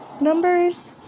numbers